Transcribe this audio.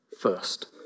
first